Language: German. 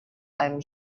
einem